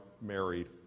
married